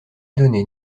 donné